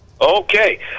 Okay